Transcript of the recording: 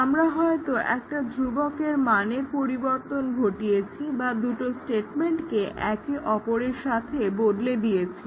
আমরা হয়তো একটা ধ্রুবকের মানের পরিবর্তন ঘটিয়েছি বা দুটো স্টেটমেন্টকে একে অপরের সাথে বদলে দিয়েছি